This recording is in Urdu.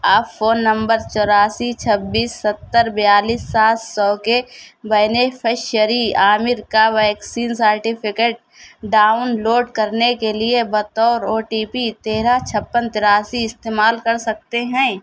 آپ فون نمبر چوراسی چھبیس ستر بیالیس سات سو کے بینیفشیری عامر کا ویکسین سرٹیفکیٹ ڈاؤن لوڈ کرنے کے لیے بطور او ٹی پی تیرہ چھپن تراسی استعمال کر سکتے ہیں